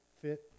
fit